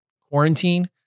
quarantine